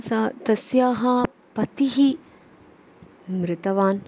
सा तस्याः पतिः मृतवान्